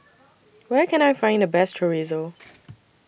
Where Can I Find The Best Chorizo